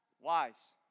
wise